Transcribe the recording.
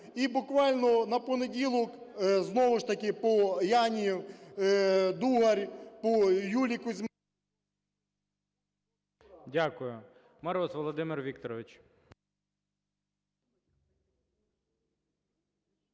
І буквально на понеділок знову ж таки по Яні Дугар, по Юлі… ГОЛОВУЮЧИЙ. Дякую.